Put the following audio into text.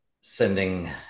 sending